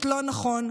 הסכסכנות,